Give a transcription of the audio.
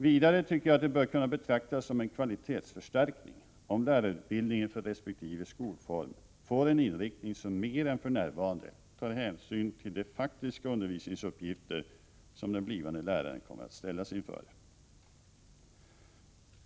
Vidare tycker jag att det bör kunna betraktas som en kvalitetsförstärkning om lärarutbildningen för resp. skolform får en inriktning som mer än för närvarande tar hänsyn till faktiska undervisningsuppgifter som den blivande läraren kommer att ställas inför.